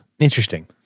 Interesting